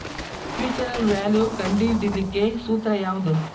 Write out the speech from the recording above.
Future value ಕಂಢಿಡಿಲಿಕ್ಕೆ ಸೂತ್ರ ಯಾವ್ದು?